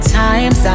times